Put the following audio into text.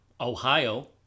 Ohio